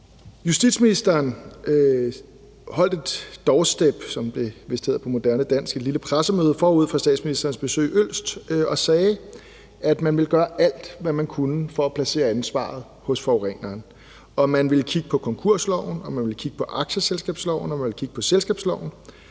Justitsministeren holdt et doorstep, som det vist hedder på moderne dansk, altså lille pressemøde, forud for statsministerens besøg i Ølst og sagde, at man ville gøre alt, hvad man kunne, for at placere ansvaret hos forureneren. Man ville kigge på konkursloven, man ville kigge på aktieselskabsloven, og man ville kigge på selskabsloven